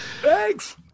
Thanks